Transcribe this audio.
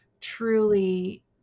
truly